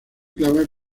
clave